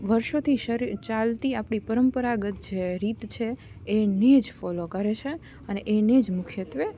વર્ષોથી શરુ ચાલતી આપણી પરંપરાગત જે રીત છે એને જ ફોલો કરે છે અને એને જ મુખ્યત્વે